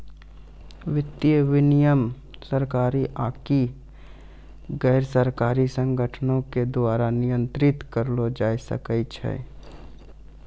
वित्तीय विनियमन सरकारी आकि गैरसरकारी संगठनो के द्वारा नियंत्रित करलो जाय सकै छै